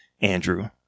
Andrew